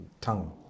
tongue